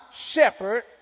shepherd